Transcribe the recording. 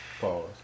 Pause